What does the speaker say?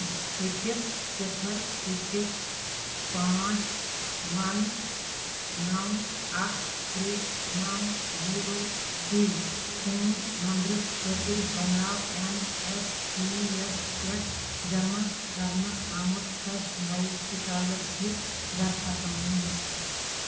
six صِفر six پانٛچ one نَو اَکھ ترٛےٚ نَو زیٖرو تھِرٛی فون نَمبر خٲطرٕ بَناو اٮ۪ن اٮ۪س پی یَس پٮ۪ٹھ جَمع کَرنہٕ آمُت فرٛٮ۪ش نوٚو سِکالَر شِپ دَرخاستَن ہُنٛد لِسٹ